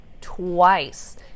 twice